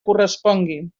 correspongui